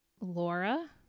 Laura